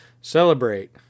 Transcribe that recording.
celebrate